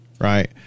right